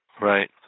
Right